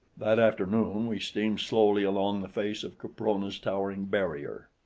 that afternoon we steamed slowly along the face of caprona's towering barrier.